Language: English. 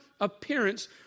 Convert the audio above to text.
appearance